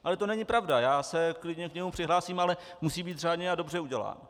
Ale to není pravda, já se k němu klidně přihlásím, ale musí být řádně a dobře udělán.